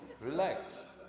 relax